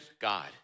God